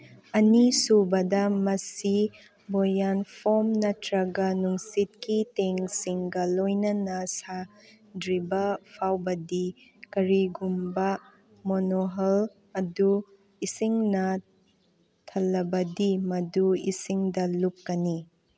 ꯑꯅꯤꯁꯨꯕꯗ ꯃꯁꯤ ꯕꯣꯌꯥꯟ ꯐꯣꯝ ꯅꯠꯇ꯭ꯔꯒ ꯅꯨꯡꯁꯤꯠꯀꯤ ꯇꯦꯟꯁꯤꯡꯒ ꯂꯣꯏꯅꯅ ꯁꯥꯗ꯭ꯔꯤꯕ ꯐꯥꯎꯕꯗꯤ ꯀꯔꯤꯒꯨꯝꯕ ꯃꯣꯅꯣꯍꯜ ꯑꯗꯨ ꯏꯁꯤꯡꯅ ꯊꯜꯂꯕꯗꯤ ꯃꯗꯨ ꯏꯁꯤꯡꯗ ꯂꯨꯞꯀꯅꯤ